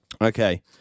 Okay